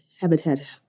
Habitat